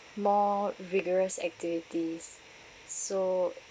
more vigorous activities so